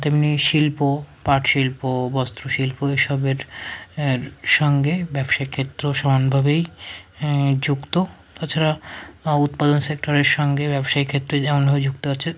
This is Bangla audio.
তেমনি শিল্প পাট শিল্প বস্ত্র শিল্প এসবের হ্যাঁ সঙ্গে ব্যবসায়িক ক্ষেত্রও সমানভাবেই হ্যাঁ যুক্ত তাছাড়া উৎপাদন সেক্টরের সঙ্গে ব্যবসায়িক ক্ষেত্রে যেমনভাবে যুক্ত আছে